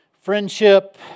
Friendship